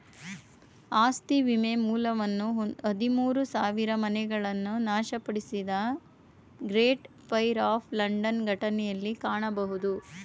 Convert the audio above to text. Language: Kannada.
ಆಸ್ತಿ ವಿಮೆ ಮೂಲವನ್ನ ಹದಿಮೂರು ಸಾವಿರಮನೆಗಳನ್ನ ನಾಶಪಡಿಸಿದ ಗ್ರೇಟ್ ಫೈರ್ ಆಫ್ ಲಂಡನ್ ಘಟನೆಯಲ್ಲಿ ಕಾಣಬಹುದು